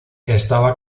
estaba